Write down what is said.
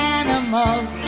animals